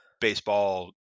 baseball